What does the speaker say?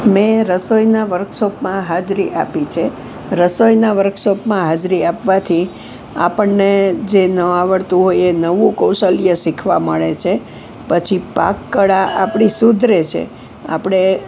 મેં રસોઈના વર્કશોપમાં હાજરી આપી છે રસોઈના વર્કશોપમાં હાજરી આપવાથી આપણને જે ન આવડતું હોય એ નવું કૌશલ્ય શીખવા મળે છે પછી પાકળા આપણી સુધરે છે આપણે